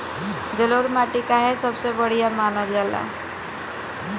जलोड़ माटी काहे सबसे बढ़िया मानल जाला?